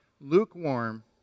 lukewarm